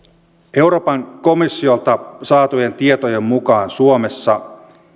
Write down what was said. euroopan komissiolta saatujen tietojen mukaan suomessa